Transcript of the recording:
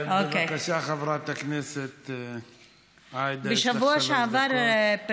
בבקשה, חברת הכנסת עאידה, יש לך שלוש דקות.